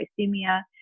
hypoglycemia